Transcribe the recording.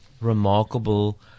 remarkable